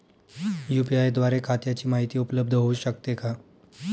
UPI द्वारे खात्याची माहिती उपलब्ध होऊ शकते का?